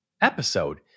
episode